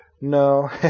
no